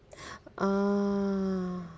ah